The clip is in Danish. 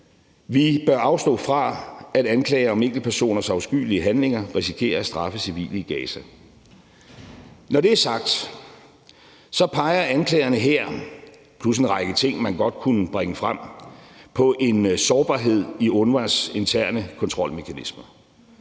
Vi bør afstå fra, at anklager om enkeltpersoners afskyelige handlinger risikerer at straffe civile i Gaza. Når det er sagt, peger anklagerne her plus en række ting, man godt kunne bringe frem, på en sårbarhed i UNRWA's interne kontrolmekanismer.